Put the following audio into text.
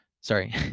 Sorry